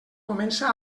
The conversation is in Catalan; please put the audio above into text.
comença